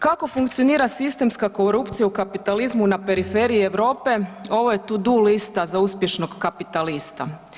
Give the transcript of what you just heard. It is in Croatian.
Kako funkcionira sistemska korupcija u kapitalizmu na periferiji Europe ovo je to do lista za uspješnog kapitalista.